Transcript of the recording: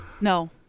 no